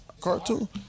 Cartoon